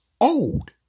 old